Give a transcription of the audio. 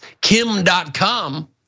Kim.com